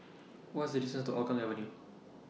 What IS The distance to Hougang Avenue